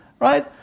right